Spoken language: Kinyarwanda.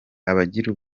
abagira